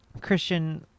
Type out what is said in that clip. christian